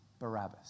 Barabbas